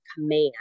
command